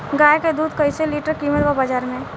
गाय के दूध कइसे लीटर कीमत बा बाज़ार मे?